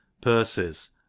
purses